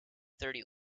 thirty